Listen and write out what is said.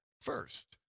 first